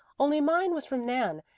only mine was from nan,